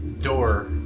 door